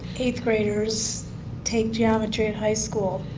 eight graders take geometry in high school.